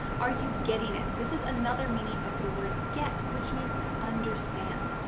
are you getting it? this is another meaning of the word get, which means to understand.